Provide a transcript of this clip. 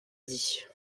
dit